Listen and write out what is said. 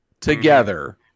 together